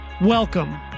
Welcome